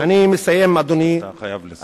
אתה חייב לסיים.